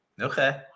Okay